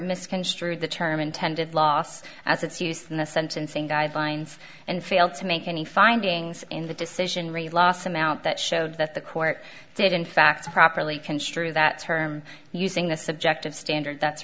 misconstrued the term intended loss as it's used in the sentencing guidelines and failed to make any findings in the decision re loss amount that showed that the court did in fact properly construe that term using the subjective standard that's